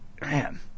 Man